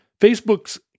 Facebook's